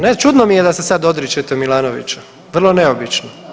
Ne, čudno mi je da se sad odričete Milanovića, vrlo neobično.